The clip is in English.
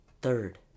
Third